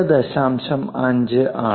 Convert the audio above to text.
5 ആണ്